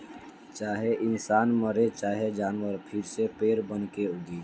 चाहे इंसान मरे चाहे जानवर फिर से पेड़ बनके उगी